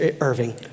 Irving